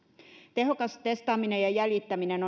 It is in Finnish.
tehokas testaaminen ja jäljittäminen